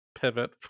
pivot